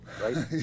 right